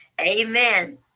Amen